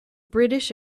british